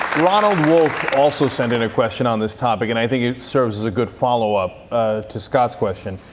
ronald wolf also sent in a question on this topic and i think it serves as a good follow-up to scott's question.